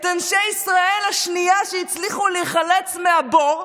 את אנשי ישראל השנייה שהצליחו להיחלץ מהבור,